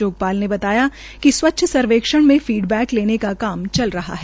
जोगाल ने बताया कि स्वच्छ सर्वेक्षण में फीडबैक लेने का काम चल रहा है